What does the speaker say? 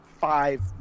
five